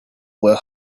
were